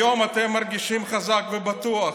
היום אתם מרגישים חזק ובטוח,